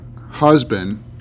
husband